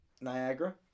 Niagara